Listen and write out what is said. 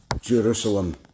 Jerusalem